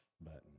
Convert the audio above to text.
button